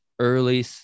early